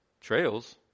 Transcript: Trails